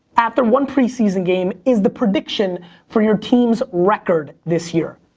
after one preseason game, is the prediction for your team's record this year?